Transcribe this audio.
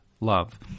love